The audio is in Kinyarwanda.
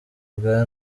bwa